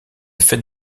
fait